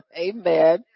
Amen